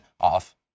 off